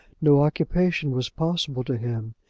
no occupation was possible to him.